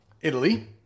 Italy